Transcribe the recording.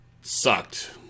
sucked